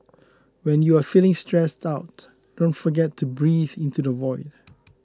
when you are feeling stressed out don't forget to breathe into the void